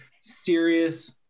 serious